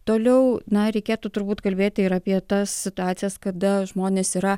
toliau na reikėtų turbūt kalbėti ir apie tas situacijas kada žmonės yra